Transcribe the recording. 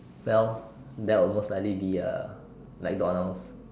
well that will most likely be uh McDonald's